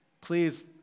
please